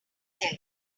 there